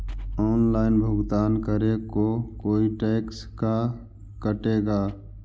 Online भुगतान करे को कोई टैक्स का कटेगा?